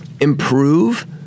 improve